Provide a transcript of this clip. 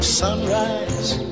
sunrise